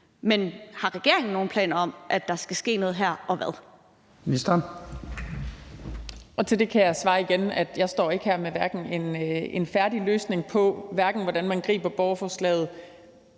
Men har regeringen nogen planer om, at der skal ske noget her, og hvad